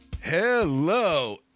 Hello